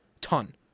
Ton